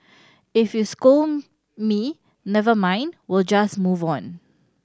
if you scold me never mind we'll just move on